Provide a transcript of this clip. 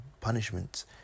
punishments